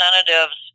representatives